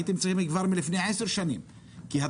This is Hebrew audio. הייתם צריכים לעשות את זה כבר לפני עשר שנים כי את